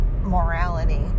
morality